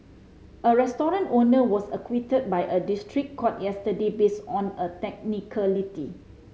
a restaurant owner was acquitted by a district court yesterday based on a technicality